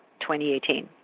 2018